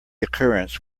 occurrence